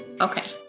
Okay